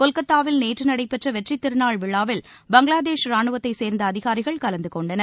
கொல்கத்தாவில் நேற்று நடைபெற்ற வெற்றித் திருநாள் விழாவில் பங்களாதேஷ் ராணுவத்தைச் சேர்ந்த அதிகாரிகள் கலந்து கொண்டனர்